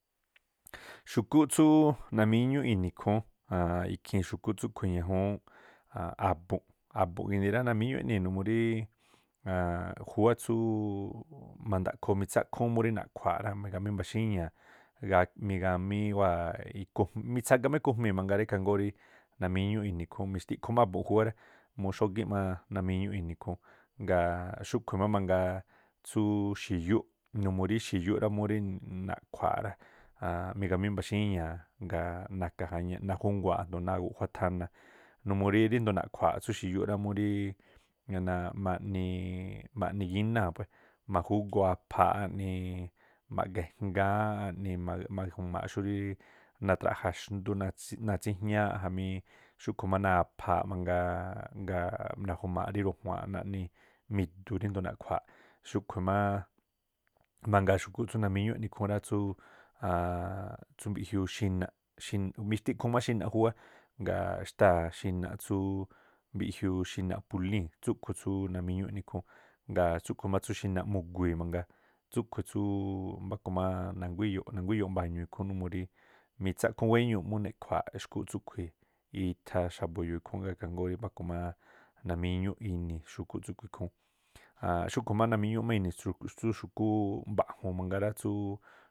Xu̱kúꞌ tsú namíñúꞌ ini̱ ikhúún, ikhii̱n ñajuu̱n a̱bu̱nꞌ, a̱bu̱nꞌ ginii rá, namíñúꞌ e̱ꞌnii̱ a̱a̱n khúwá tsúú ma̱ndaꞌkhoo mitsáꞌkhúú múri naꞌkhua̱a̱ꞌ rá, migamíi mbaxíñaa̱, gaꞌ migamíí wáa̱ ikuj mitsaga má ikujmii̱ mangaa rá, ikhaa jngóó rí namíñúꞌ ikhúún, mixtiꞌkhuun má a̱bu̱n khúwá rá mu xógíi̱nꞌ má namíñúꞌ ini̱ ikhúún. Ngaa̱ xúꞌkhui̱ má mangaa tsúú xi̱yúꞌ numuu rí xi̱yúꞌ rá murí naꞌkhua̱a̱ꞌ rá, a̱a̱nꞌ migamií mbaxíñáa̱, gaa̱ nakajaña najunguaaꞌ a̱ndo̱o náa̱ guꞌjuá thana numuu rí ríndo̱o naꞌkhuaaꞌ tsú xi̱yúꞌ rá, naa ma̱ꞌniiꞌ maꞌni gínáa̱ puée̱ majúgoo aphaaꞌ áꞌnii, ma̱ꞌga ejngáá áꞌnii̱, ma̱ju̱ma̱a̱ xú natraꞌja̱ xndú náa̱ tss tsíñááꞌ jamí xúꞌkhu̱ má náa̱ aphaa mangaa, ngaa̱ naju̱ma̱a̱ꞌ rí rujua̱a̱nꞌ naꞌni mi̱du̱ ríndo̱o naꞌkhua̱a̱. Xúꞌkhui̱ má mangaa xu̱kúꞌ tsú namíñúꞌ eꞌni ikhúún rá, tsú mbiꞌjiuu xinaꞌ, mixtiꞌkhuun má xi̱naꞌ júwá, gaa̱ xtáa̱ xinaꞌ tsú mbiꞌjiuu xinaꞌ pulíi̱n, tsúkhu̱ tsú namíñúꞌ eꞌni ikhúún. Ngaa̱ tsúꞌkhu̱ má tsú xinaꞌ mugui̱i̱ mangaa̱ tsúꞌkhui̱ tsúú na̱nguá iyo̱ꞌ mba̱ñuu̱n ikhúún numuu rí mitsákúún wéñuuꞌ mú neꞌkhua̱a̱ꞌ xkúꞌ tsúꞌꞌkhu̱ itha xa̱bu̱ e̱yo̱o̱ ikhúún rá, ikhaa jngóó rí mbáku má namíñúꞌ ini̱, xu̱kú tsúꞌkhu̱ ikhúún. Xúꞌkhu̱ má namíñúꞌ ini̱ tsú xu̱kúꞌ mba̱juun mangaa rá, tsúú.